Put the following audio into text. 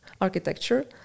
architecture